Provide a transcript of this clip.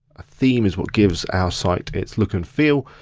a theme is what gives our site its look and feel.